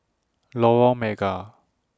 Lorong Mega